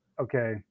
Okay